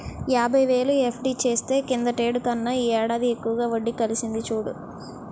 యాబైవేలు ఎఫ్.డి చేస్తే కిందటేడు కన్నా ఈ ఏడాది ఎక్కువ వడ్డి కలిసింది చూడు